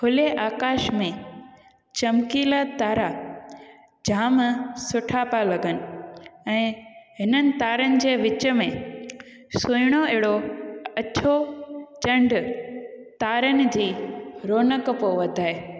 खुले आकाश में चमकीला तारा जाम सुठा पिया लॻनि ऐं हिननि तारनि जे विच में सुहिणो अहिड़ो अछो चंडु तारनि जी रोनक पियो वधाए